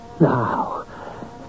Now